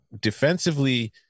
defensively